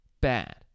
bad